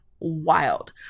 wild